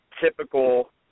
typical